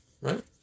right